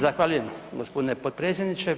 Zahvaljujem gospodine potpredsjedniče.